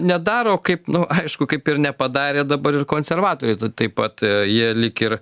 nedaro kaip nu aišku kaip ir nepadarė dabar ir konservatoriai t taip pat jie lyg ir